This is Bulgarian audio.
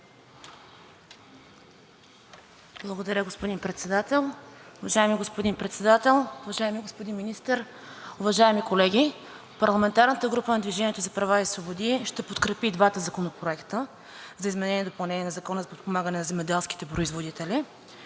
Благодаря, господин Председател. Уважаеми господин Председател, уважаеми господин Министър, уважаеми колеги! Парламентарната група на „Движение за права и свободи“ ще подкрепи и двата законопроекта за изменение и допълнение на Закона за подпомагане на земеделските производители.